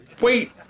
wait